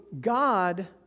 God